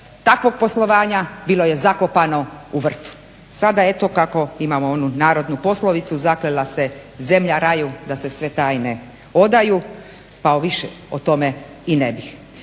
takvog poslovanja bilo je zakopano u vrtu. Sada eto kako imamo onu narodnu poslovicu "zaklela se zemlja raju da se sve tajne odaju" pa više o tome i ne bih.